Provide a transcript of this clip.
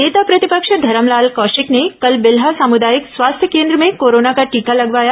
नेता प्रतिपक्ष धरमलाल कौशिक ने कल बिल्हा सामूदायिक स्वास्थ्य केन्द्र में कोरोना का टीका लगवाया